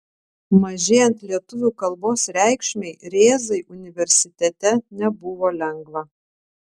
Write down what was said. mažėjant lietuvių kalbos reikšmei rėzai universitete nebuvo lengva